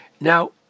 Now